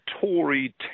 Tory